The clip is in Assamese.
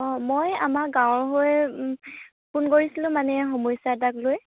অঁ মই আমাৰ গাঁৱৰ হৈ ফোন কৰিছিলোঁ মানে সমস্যা এটাক লৈ